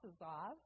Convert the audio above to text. off